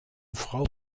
frau